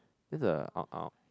that's a uh uh